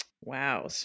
Wow